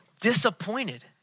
disappointed